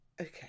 Okay